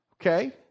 okay